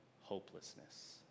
hopelessness